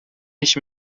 mich